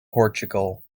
portugal